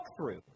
walkthrough